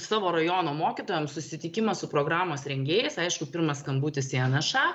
savo rajono mokytojams susitikimą su programos rengėjais aišku pirmas skambutis į nša